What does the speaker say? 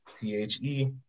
P-H-E